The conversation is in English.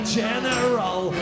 general